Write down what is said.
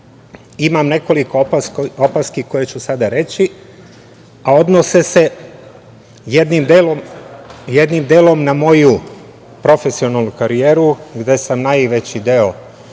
imam nekoliko opaski, koje ću sada reći, a odnose se jednim delom na moju profesionalnu karijeru gde sam najveći deo